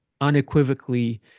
unequivocally